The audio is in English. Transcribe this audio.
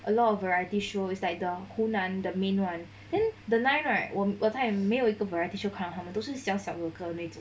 a lot of variety show is like the 湖南 the main [one] then the nine right 我们不太没有一个 variety show kind of 他们都是小小的壳内种